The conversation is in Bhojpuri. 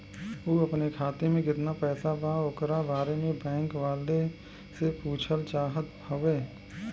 उ अपने खाते में कितना पैसा बा ओकरा बारे में बैंक वालें से पुछल चाहत हवे?